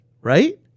right